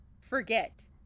forget